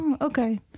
okay